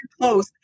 close